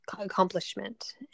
accomplishment